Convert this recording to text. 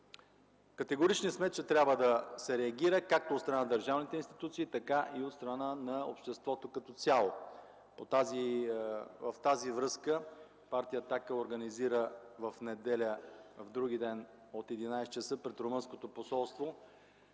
Категорични сме, че трябва да се реагира както от страна на държавните институции, така и от страна на обществото като цяло. Във връзка с това Партия „Атака” организира вдругиден, в неделя от 11,00 ч. пред румънското посолство